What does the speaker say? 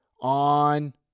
On